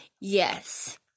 yes